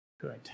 good